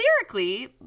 lyrically